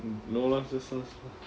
no lah just asked lah